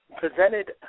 presented